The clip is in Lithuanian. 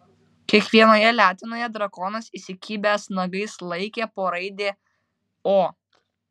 kiekvienoje letenoje drakonas įsikibęs nagais laikė po raidę o